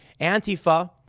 Antifa